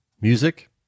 music